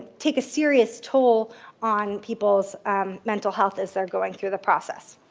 take a serious toll on people's mental health as they're going through the process.